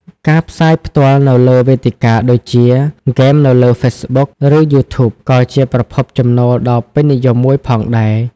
ការផ្សាយផ្ទាល់នៅលើវេទិកាដូចជាហ្គេមនៅលើហ្វេសប៊ុក ឬយូធូប ក៏ជាប្រភពចំណូលដ៏ពេញនិយមមួយផងដែរ